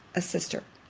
a sister